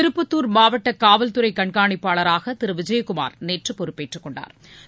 திருப்பத்துர் மாவட்ட காவல்துறை கண்காணிப்பாளராக திரு விஜயகுமார் நேற்று பொறுப்பேற்றுக் கொண்டாா்